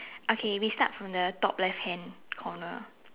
okay we start from the top left hand corner